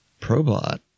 Probot